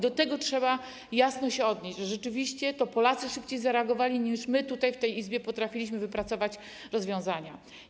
Do tego trzeba jasno się odnieść - że rzeczywiście to Polacy szybciej zareagowali niż my tutaj, w tej Izbie, potrafiliśmy wypracować rozwiązania.